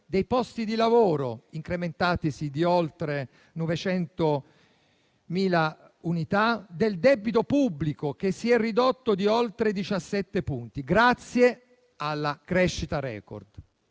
dei posti di lavoro incrementati di oltre 900.000 unità, del debito pubblico che si è ridotto di oltre 17 punti grazie alla crescita *record*.